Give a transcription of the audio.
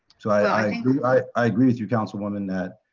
so i agree i agree with you councilwoman, that